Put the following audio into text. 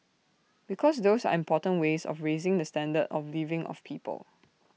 because those are important ways of raising the standard of living of people